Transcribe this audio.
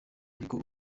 ariko